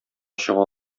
чыга